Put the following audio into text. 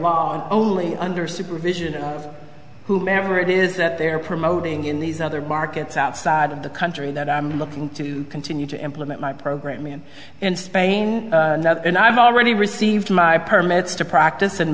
law and only under supervision of whomever it is that they're promoting in these other markets outside of the country that i'm looking to continue to implement my program and in spain and i'm already received my permits to practice in